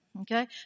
okay